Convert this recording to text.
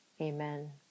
Amen